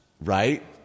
right